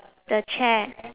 the chair